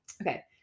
Okay